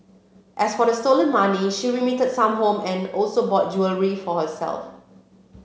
as for the stolen money she remitted some home and also bought jewellery for herself